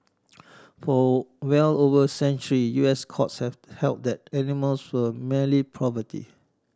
for well over century U S courts have held that animals were merely property